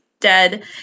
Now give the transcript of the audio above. dead